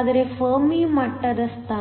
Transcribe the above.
ಆದರೆ ಫೆರ್ಮಿ ಮಟ್ಟದ ಸ್ಥಾನ